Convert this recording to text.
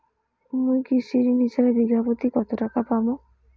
মুই কৃষি ঋণ হিসাবে বিঘা প্রতি কতো টাকা পাম?